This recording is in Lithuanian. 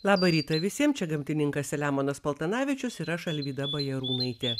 laba rytą visiem čia gamtininkas selemonas paltanavičius ir aš alvyda bajarūnaitė